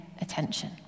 attention